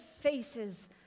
faces